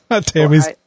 Tammy's